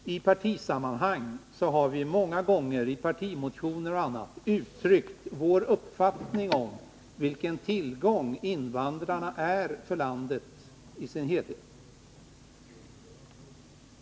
I partisammanhang har vi under många år, i partimotioner och på annat sätt, uttryckt vår uppfattning om vilken tillgång invandrarna är för landet i dess helhet.